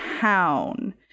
town